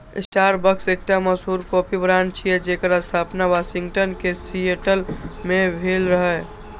Starbucks एकटा मशहूर coffee brand छियै, जेकर स्थापना वाशिंगटन के सिएटल मे भेल रहै